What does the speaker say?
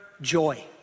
joy